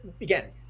again